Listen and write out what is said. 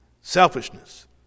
selfishness